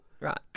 right